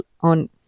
on